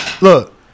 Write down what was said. Look